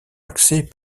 accès